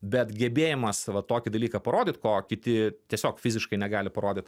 bet gebėjimas va tokį dalyką parodyt ko kiti tiesiog fiziškai negali parodyt